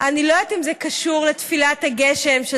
אני לא יודעת אם זה קשור לתפילת הגשם של